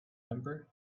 number